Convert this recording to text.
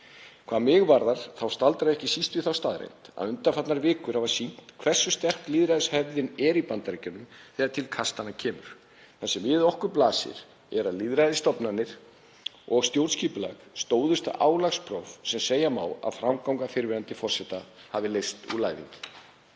Hvað mig varðar þá staldra ég ekki síst við þá staðreynd að undanfarnar vikur hafa sýnt hversu sterk lýðræðishefðin er í Bandaríkjunum þegar til kastanna kemur. Það sem við okkur blasir er að lýðræðisstofnanir og stjórnskipulag stóðust þau álagspróf sem segja má að framganga fyrrverandi forseta hafi leyst úr læðingi.